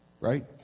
Right